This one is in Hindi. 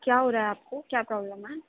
क्या हो रहा है आपको क्या प्रॉब्लम है